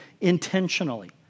intentionally